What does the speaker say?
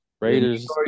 Raiders